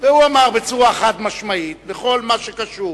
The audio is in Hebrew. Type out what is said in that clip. והוא אמר בצורה חד-משמעית, שבכל מה שקשור